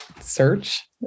search